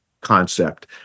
concept